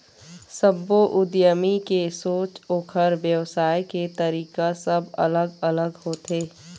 सब्बो उद्यमी के सोच, ओखर बेवसाय के तरीका सब अलग अलग होथे